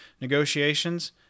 negotiations